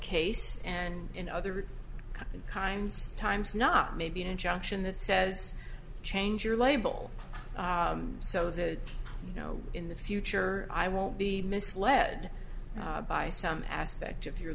case and other kinds times not maybe an injunction that says change your label so the you know in the future i won't be misled by some aspect of your